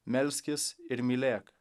melskis ir mylėk